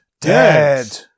dead